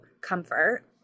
comfort